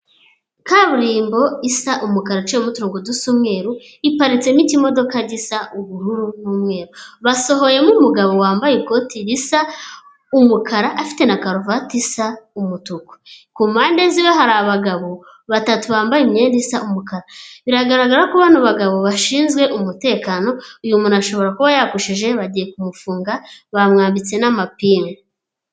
Kaburimbo isa umukara iciyemo uturongo dusa umweruru iparitsemo ikimodoka gisa ubururu n'umweru, basohoyemo umugabo wambaye ikoti risa umukara afite na karuvati isa umutuku. Kumpande ziwe hari abagabo batatu bambaye imyenda isa umukara, biragaragara ko bano bagabo bashinzwe umutekano, uyu muntu ashobora kuba yakosheje bagiye kumufunga bamwambitse n'amapingu.